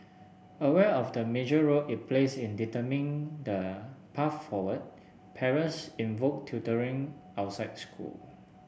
aware of the major role it plays in determining the path forward parents invoke tutoring outside school